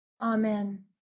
Amen